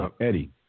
Eddie